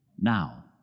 now